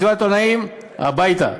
מסיבת עיתונאים, הביתה.